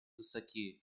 высоки